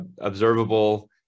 observable